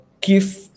give